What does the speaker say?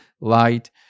light